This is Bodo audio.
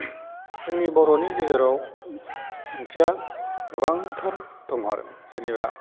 जोंनि बर'नि गेजेराव ओंख्रिया गोबांथार दङ आरो जेनेबा